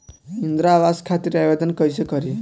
इंद्रा आवास खातिर आवेदन कइसे करि?